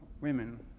women